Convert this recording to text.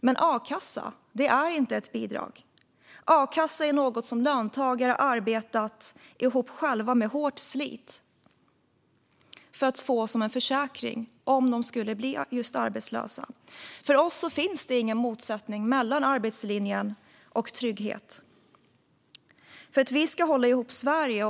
Men a-kassa är inte ett bidrag. A-kassa är något som löntagare har arbetat ihop själva genom hårt slit som en försäkring om de skulle bli arbetslösa. För oss finns det ingen motsättning mellan arbetslinjen och trygghet för att vi ska hålla ihop Sverige.